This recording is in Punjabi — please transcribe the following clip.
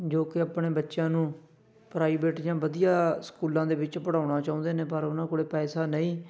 ਜੋ ਕਿ ਆਪਣੇ ਬੱਚਿਆਂ ਨੂੰ ਪ੍ਰਾਈਵੇਟ ਜਾਂ ਵਧੀਆ ਸਕੂਲਾਂ ਦੇ ਵਿੱਚ ਪੜ੍ਹਾਉਣਾ ਚਾਹੁੰਦੇ ਨੇ ਪਰ ਉਨ੍ਹਾਂ ਕੋਲ ਪੈਸਾ ਨਹੀਂ